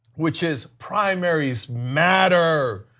which is primaries matter.